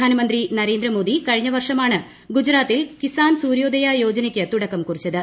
പ്രധാനമന്ത്രി നരേന്ദ്രമോദി കഴിഞ്ഞവർഷമാണ് ഗുജറാത്തിൽ കിസാൻ സൂര്യ യോജനയ്ക്ക് തുടക്കം കുറിച്ചത്